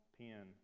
pen